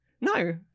No